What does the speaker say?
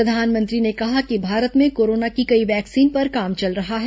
प्रधानमंत्री ने कहा कि भारत में कोरोना की कई वैक्सीन पर काम चल रहा है